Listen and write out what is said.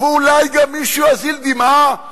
ואולי גם מישהו יזיל דמעה,